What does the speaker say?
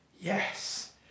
yes